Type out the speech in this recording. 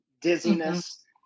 dizziness